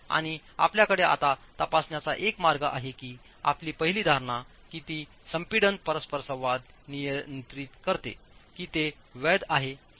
आणि आपल्याकडे आता तपासण्याचा एक मार्ग आहे की आपली पहिली धारणा की ते संपीडन परस्परसंवाद नियंत्रित करते की ते वैध आहे की नाही